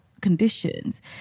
conditions